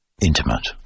intimate